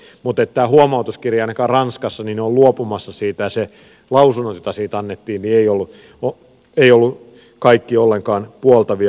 mutta tästä huomautuskirjeestä ainakin ranskassa ollaan luopumassa ja ne lausunnot joita siitä annettiin eivät olleet kaikki ollenkaan puoltavia